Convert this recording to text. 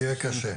זה יהיה קשה.